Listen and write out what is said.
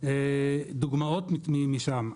דוגמאות משם,